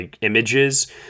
images